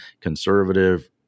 conservative